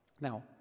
Now